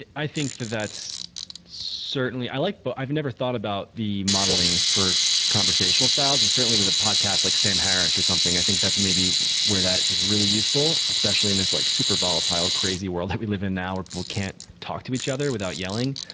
ah i think that's certainly like but i've never thought about the modeling for conversational styles, and certainly with a podcast like sam harris or something, i think that's maybe where that is really useful especially in this like super volatile crazy world that we live in now where people can't talk to each other without yelling.